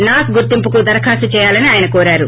నాక్ గుర్తింపుకు దరఖాస్తు చేయాలని ఆయన కోరారు